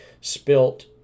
spilt